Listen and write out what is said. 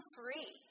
free